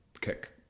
kick